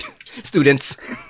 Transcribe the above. students